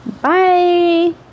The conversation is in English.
Bye